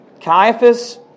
Caiaphas